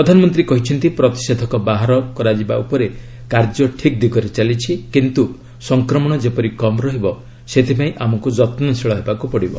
ପ୍ରଧାନମନ୍ତ୍ରୀ କହିଛନ୍ତି ପ୍ରତିଷେଧକ ବାହାର କରିବା ଉପରେ କାର୍ଯ୍ୟ ଠିକ୍ ଦିଗରେ ଚାଲିଛି କିନ୍ତୁ ସଂକ୍ରମଣ ଯେପରି କମ୍ ହେବ ସେଥିପାଇଁ ଆମକୁ ଯତ୍ନଶୀଳ ହେବାକୁ ପଡ଼ିବ